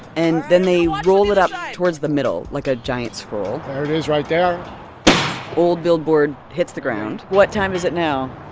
and then they roll it up towards the middle, like a giant scroll there it is right there old billboard hits the ground what time is it now?